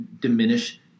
diminish